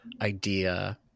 idea